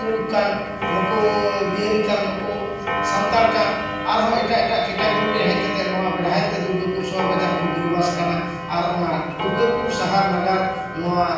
ᱛᱩᱲᱩᱠ ᱠᱟᱱ ᱱᱩᱠᱩ ᱵᱤᱦᱟᱹᱨᱤ ᱠᱟᱱ ᱱᱩᱠᱩ ᱥᱟᱱᱛᱟᱲ ᱠᱟᱱ ᱟᱨ ᱦᱚᱸ ᱮᱴᱟᱜ ᱮᱴᱟᱜ ᱠᱮᱴᱟᱜᱚᱨᱤ ᱨᱮ ᱦᱮᱡ ᱠᱟᱛᱮᱫ ᱱᱚᱣᱟ ᱵᱮᱲᱦᱟᱭ ᱛᱮ ᱫᱩᱨᱜᱟᱹᱯᱩᱨ ᱥᱚᱦᱚᱨ ᱵᱟᱡᱟᱨ ᱨᱮᱠᱚ ᱜᱤᱨᱟᱹᱵᱟᱥ ᱠᱟᱱᱟ ᱟᱨ ᱚᱱᱟ ᱫᱩᱨᱜᱟᱹᱯᱩᱨ ᱥᱟᱦᱟᱨ ᱱᱟᱜᱟᱨ ᱱᱚᱣᱟ